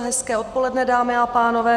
Hezké odpoledne, dámy a pánové.